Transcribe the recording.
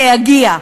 זה יגיע,